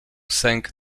sęk